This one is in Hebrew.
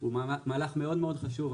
הוא מהלך מאוד מאוד חשוב.